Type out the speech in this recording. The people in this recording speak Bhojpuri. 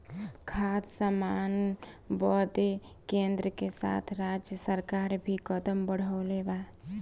खाद्य सामान बदे केन्द्र के साथ राज्य सरकार भी कदम बढ़ौले बा